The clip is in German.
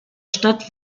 stadt